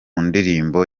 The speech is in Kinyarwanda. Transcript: ndirimbo